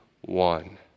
one